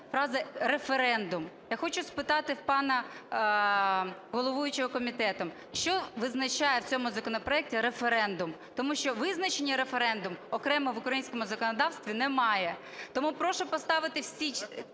фраза "референдум". Я хочу спитати пана головуючого комітету, що визначає в цьому законопроекті референдум, тому що визначення "референдум" окремо в українському законодавстві немає. Тому прошу поставити всі